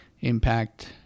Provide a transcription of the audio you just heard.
impact